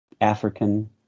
African